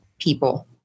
people